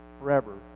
forever